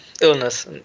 Illness